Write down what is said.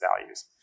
values